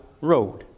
road